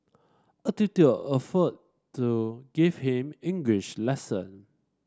a tutor offered to give him English lesson